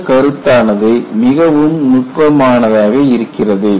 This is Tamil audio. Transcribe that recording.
இந்தக் கருத்தானது மிகவும் நுட்பமாக இருக்கிறது